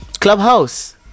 Clubhouse